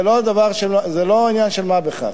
זה לא עניין של מה בכך.